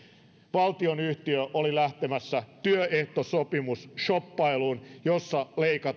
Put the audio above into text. valtionyhtiö oli lähtemässä työehtosopimusshoppailuun jossa